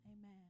Amen